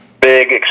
big